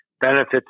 benefits